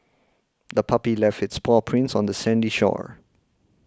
the puppy left its paw prints on the sandy shore